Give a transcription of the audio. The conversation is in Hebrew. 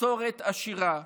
מסורת עשירה,